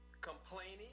complaining